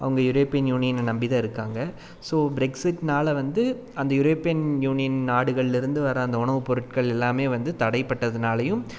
அவங்க யுரேப்பியன் யூனியன்ன நம்பிதான் இருக்காங்க ஸோ ப்ரக்சிட்னால் வந்து அந்த யுரேப்பியன் யூனியன் நாடுகள்லிருந்து வர அந்த உணவுப்பொருட்கள் எல்லாமே வந்து தடைப்பட்டதனாலையும்